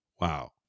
wow